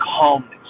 calmness